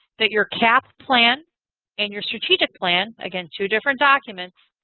that your cap's plan and your strategic plan, again, two different documents,